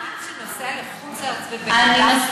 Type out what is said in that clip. בן-אדם שנוסע לחוץ-לארץ ובן-אדם,